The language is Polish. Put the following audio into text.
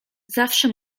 zawsze